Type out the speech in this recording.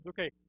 Okay